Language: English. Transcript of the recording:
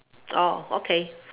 okay